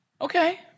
okay